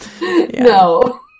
no